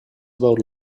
about